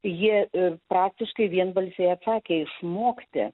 jie ir praktiškai vienbalsiai atsakė išmokti